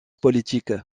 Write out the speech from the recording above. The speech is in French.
politique